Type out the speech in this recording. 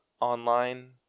online